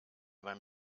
beim